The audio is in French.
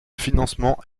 financement